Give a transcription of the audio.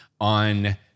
on